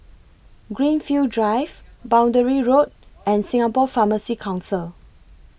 Greenfield Drive Boundary Road and Singapore Pharmacy Council